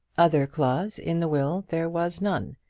other clause in the will there was none,